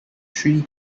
three